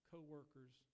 co-workers